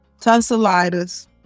tonsillitis